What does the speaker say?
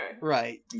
right